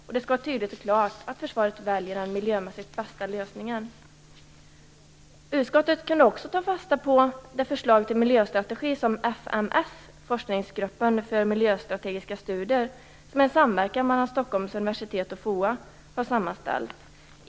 Det skall vara tydligt och klart att försvaret väljer den miljömässigt bästa lösningen. Utskottet kunde också ha tagit fasta på det förslag till miljöstrategi som fms - forskningsgruppen för miljöstrategiska studier, som är en samverkan mellan Stockholms universitet och FOA - har sammanställt.